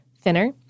thinner